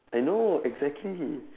I know exactly